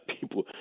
people